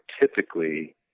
typically